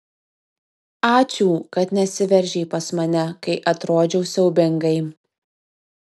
ačiū kad nesiveržei pas mane kai atrodžiau siaubingai